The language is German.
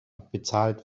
bezahlt